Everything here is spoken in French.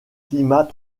climat